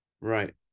Right